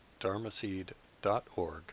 dharmaseed.org